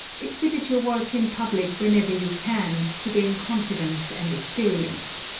exhibit your work in public whenever you can, to gain confidence and experience.